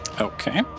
Okay